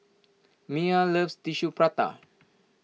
Miya loves Tissue Prata